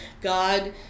God